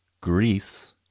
Greece